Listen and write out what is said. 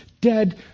dead